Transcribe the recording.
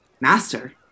Master